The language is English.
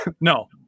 No